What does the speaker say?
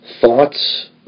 Thoughts